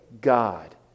God